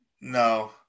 No